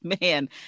man